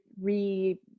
re